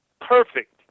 perfect